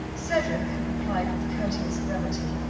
cedric had replied with courteous brevity,